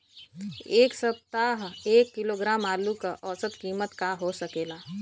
एह सप्ताह एक किलोग्राम आलू क औसत कीमत का हो सकेला?